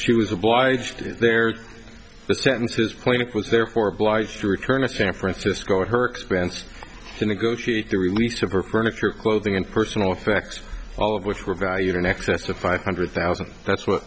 she was obliged to the sentences point it was therefore obliged to return to san francisco at her expense to negotiate the release of her furniture clothing and personal effects all of which were valued in excess of five hundred thousand that's what